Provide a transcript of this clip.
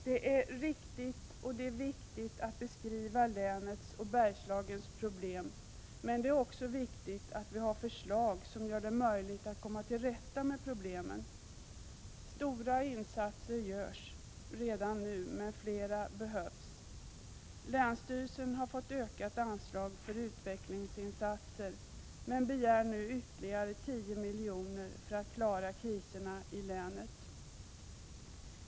Det är riktigt och viktigt att beskriva länets och Bergslagens problem, men det är också viktigt att vi har förslag som gör det möjligt att komma till rätta med problemen. Stora insatser görs redan nu, men flera behövs. Länsstyrelsen har fått ökat anslag för utvecklingsinsatser, men begär nu ytterligare 10 milj.kr. för att klara kriserna i länet.